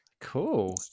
Cool